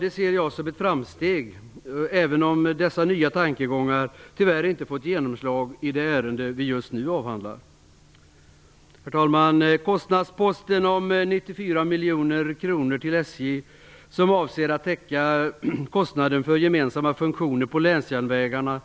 Det ser jag som ett framsteg, även om dessa nya tankegångar inte fått genomslag i det ärende som vi just nu avhandlar. Herr talman! När det gäller kostnadsposten om 94 miljoner kronor till SJ, vilken avser att täcka kostnaden för gemensamma funktioner på länsjärnvägarna, är